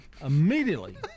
immediately